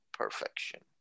perfection